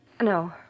No